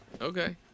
Okay